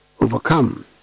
overcome